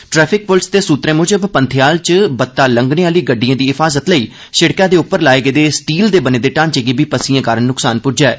traffic police दे सुत्तरें मुजब पंथेयाल च बत्ता लंग्घने आह्ली गड़िड़ए दी हिफाज़त लेई सिड़कै दे उप्पर लाये गेदे स्टील दे बने दे ढांचे गी बी पस्सियें कारण नुक्सान पुज्जा ऐ